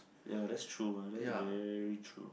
ya that's true ah that's very true